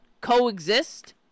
coexist